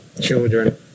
children